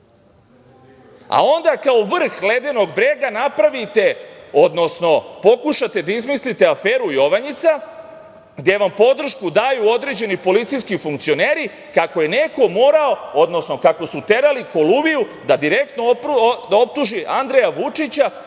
loše? Onda kao vrh ledenog breza napravite, odnosno pokušate da izmislite aferu Jovanjica gde vam podršku daju određeni policijski funkcioneri kako je neko morao, odnosno kako su terali Koluviju da direktno optuži Andreja Vučića